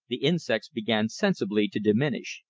the insects began sensibly to diminish,